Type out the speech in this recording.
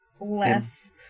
Less